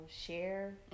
share